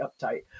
uptight